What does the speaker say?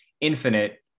Infinite